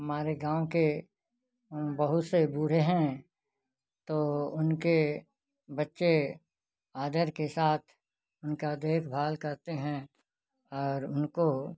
हमारे गाँव के बहुत से बूढ़े हैं तो उनके बच्चे आदर के साथ उनका देखभाल करते हैं और उनको